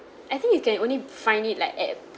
I think you can only find it like at